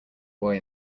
boy